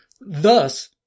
Thus